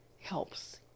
helps